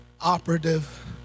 operative